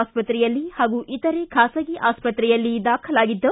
ಆಸ್ಪತ್ರೆಯಲ್ಲಿ ಹಾಗೂ ಇತರೆ ಖಾಸಗಿ ಆಸ್ಪತ್ರೆಯಲ್ಲಿ ದಾಖಲಾಗಿದ್ದ